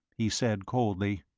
he said, coldly.